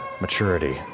maturity